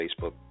Facebook